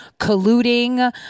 colluding